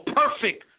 perfect